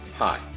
Hi